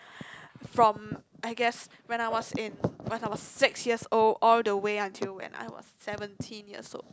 from I guess when I was in when I was six years old all the way until when I was seventeen years old